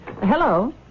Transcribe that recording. Hello